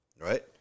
right